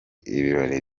ibirori